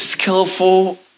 Skillful